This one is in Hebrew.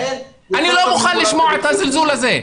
אני לא מוכן לשמוע את הזלזול הזה.